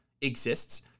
exists